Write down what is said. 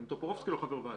גם טופורובסקי לא חבר ועדה.